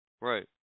Right